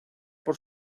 por